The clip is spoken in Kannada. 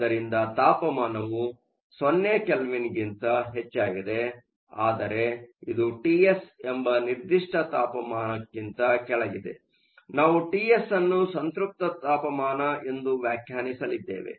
ಆದ್ದರಿಂದ ತಾಪಮಾನವು 0 ಕೆಲ್ವಿನ್ಗಿಂತ ಹೆಚ್ಚಾಗಿದೆಆದರೆ ಇದು ಟಿಎಸ್ ಎಂಬ ನಿರ್ದಿಷ್ಟ ತಾಪಮಾನಕ್ಕಿಂತ ಕೆಳಗಿದೆನಾವು ಟಿಎಸ್ ಅನ್ನು ಸಂತ್ರಪ್ತ ತಾಪಮಾನ ಎಂದು ವ್ಯಾಖ್ಯಾನಿಸಲಿದ್ದೇವೆ